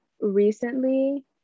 recently